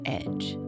edge